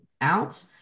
out